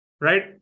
right